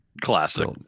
classic